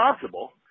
possible